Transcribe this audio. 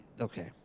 okay